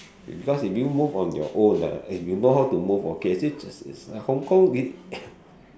be~ because if you move on your own ah if you know how to move okay actually Hong-Kong is